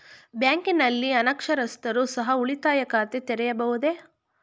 ಬ್ಯಾಂಕಿನಲ್ಲಿ ಅನಕ್ಷರಸ್ಥರು ಸಹ ಉಳಿತಾಯ ಖಾತೆ ತೆರೆಯಬಹುದು?